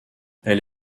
elle